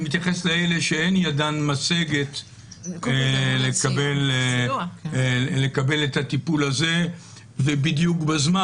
אני מתייחס לאלה שאין ידן משגת לקבל את הטיפול הזה ובדיוק בזמן.